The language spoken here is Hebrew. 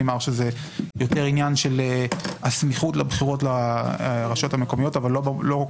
נאמר שזה יותר עניין של הסמיכות לבחירות לרשויות המקומיות אבל לא כל